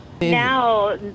Now